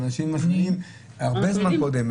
אנשים מתכננים הרבה זמן קודם.